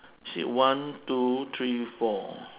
see one two three four